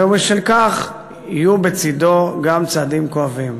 ובשל כך יהיו בצדו גם צעדים כואבים.